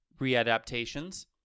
readaptations